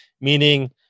meaning